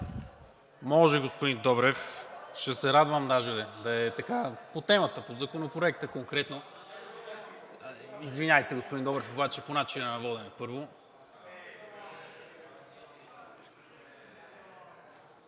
Може, господин Добрев, ще се радвам, даже да е така. По темата, по Законопроекта конкретно. (Реплики.) Извинявайте, господин Добрев, обаче по начина на водене, първо. ИСКРЕН